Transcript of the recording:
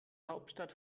hauptstadt